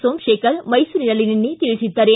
ಸೋಮಶೇಖರ್ ಮೈಸೂರಿನಲ್ಲಿ ನಿನ್ನೆ ತಿಳಿಸಿದ್ದಾರೆ